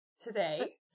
today